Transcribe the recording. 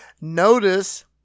notice